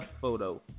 photo